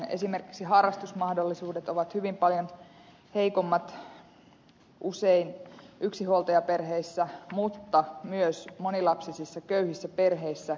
esimerkiksi harrastusmahdollisuudet ovat hyvin paljon heikommat usein yksinhuoltajaperheissä mutta myös monilapsisissa köyhissä perheissä